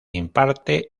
imparte